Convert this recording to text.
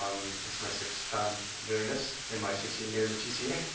um it's my sixth time doing this in my sixteen years at tca.